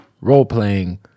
role-playing